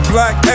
Black